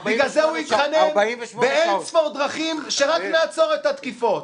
בגלל זה הוא התחנן באין-ספור דרכים שרק נעצור את התקיפות.